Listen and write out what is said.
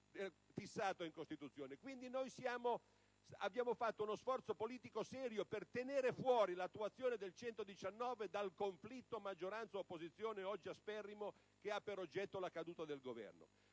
quindi abbiamo fatto uno sforzo politico serio per tenere fuori l'attuazione dell'articolo 119 dal conflitto maggioranza-opposizione, oggi asperrimo, che ha per oggetto la caduta del Governo.